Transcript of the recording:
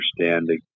understanding